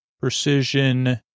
Precision